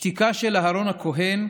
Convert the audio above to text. השתיקה של אהרן הכוהן,